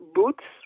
boots